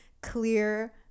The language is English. clear